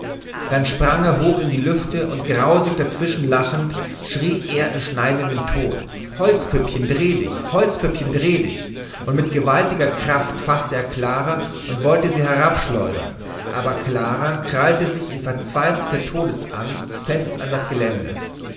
dann sprang er hoch in die lüfte und grausig dazwischen lachend schrie er in schneidendem ton holzpüppchen dreh dich holzpüppchen dreh dich und mit gewaltiger kraft faßte er clara und wollte sie herabschleudern aber clara krallte sich in verzweifelnder todesangst fest an das geländer